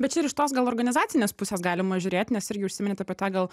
bet čia ir iš tos gal organizacinės pusės galima žiūrėt nes irgi užsiminėt apie tą gal